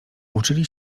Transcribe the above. uczyli